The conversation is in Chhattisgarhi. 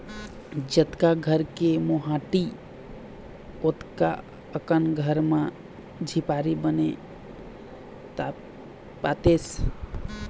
जतका घर के मोहाटी ओतका अकन घर म झिपारी बने पातेस